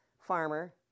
farmer